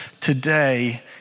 today